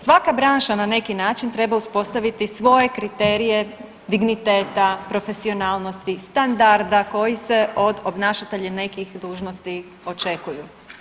Svaka branša na neki način treba uspostaviti svoje kriterije digniteta, profesionalnosti, standarda koji se od obnašatelja nekih dužnosti očekuju.